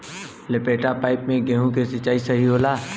लपेटा पाइप से गेहूँ के सिचाई सही होला?